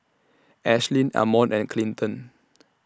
Ashlynn Ammon and Clinton